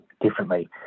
differently